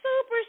super